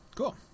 Cool